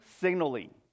signaling